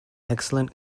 excellent